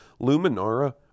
Luminara